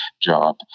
job